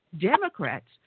Democrats